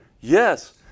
Yes